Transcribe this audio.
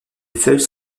feuilles